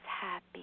happy